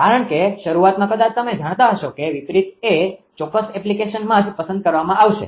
કારણ કે શરૂઆતમાં કદાચ તમે જાણતા હશો કે વિપરીત એ ચોક્કસ એપ્લિકેશનમાં જ પસંદ કરવામાં આવશે